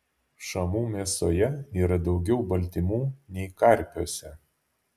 šamų mėsoje yra daugiau baltymų nei karpiuose